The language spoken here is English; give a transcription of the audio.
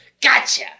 Gotcha